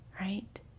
right